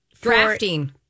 drafting